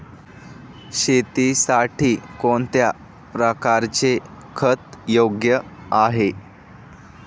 शेतीसाठी कोणत्या प्रकारचे खत योग्य आहे?